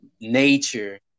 Nature